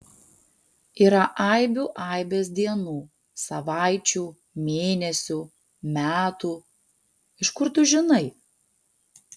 yra aibių aibės dienų savaičių mėnesių metų iš kur tu žinai